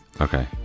Okay